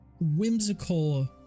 whimsical